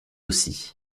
aussi